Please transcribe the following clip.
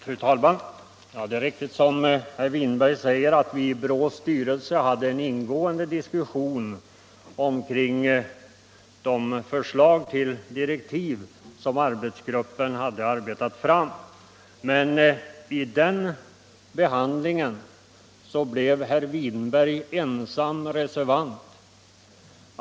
Fru talman! Det är riktigt som herr Winberg säger att vi i BRÅ:s styrelse hade en ingående diskussion kring de förslag till direktiv som arbetsgruppen hade arbetat fram. Men i den behandlingen blev herr Win berg ensam reservant.